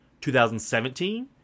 2017